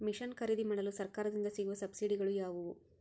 Mission ಖರೇದಿಮಾಡಲು ಸರಕಾರದಿಂದ ಸಿಗುವ ಸಬ್ಸಿಡಿಗಳು ಯಾವುವು?